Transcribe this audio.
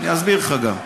אני אסביר לך, גם.